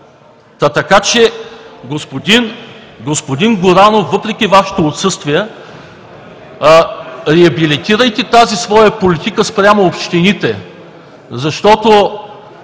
Така че, господин Горанов, въпреки Вашето отсъствие, реабилитирайте тази своя политика спрямо общините, защото